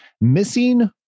missing